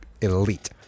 elite